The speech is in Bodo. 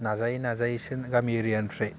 नाजायै नाजायैसो गामि एरिया निफ्राय